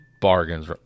bargains